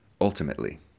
ultimately